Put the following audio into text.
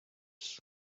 jams